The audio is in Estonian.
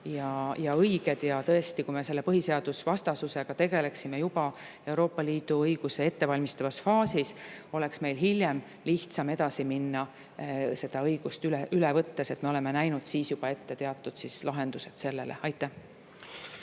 ja õiged. Tõesti, kui me selle põhiseadusvastasusega tegeleksime juba Euroopa Liidu õiguse ettevalmistamise faasis, oleks meil hiljem lihtsam edasi minna õigust üle võttes, sest me oleme näinud siis juba ette teatud lahendused sellele. Suur